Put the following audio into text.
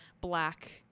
black